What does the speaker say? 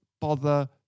bother